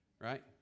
Right